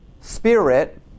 spirit